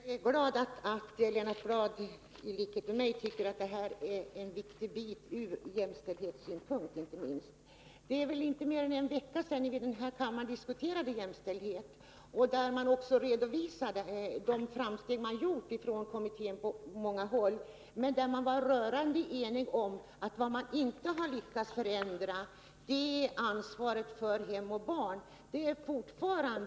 Nr 46 Herr talman! Jag är glad över att Lennart Bladh i likhet med mig tycker att det här är en viktig bit ur jämställdhetssynpunkt. Det är väl inte mer än en vecka sedan vi i den här kammaren diskuterade jämställdheten. Där redovisades de framsteg man gjort på många håll. Man var emellertid ä | sö id i - Besparingar i rörande enig om att man inte lyckats förändra när det gäller ansvaret för hem statsverksamheten, och barn.